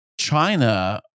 China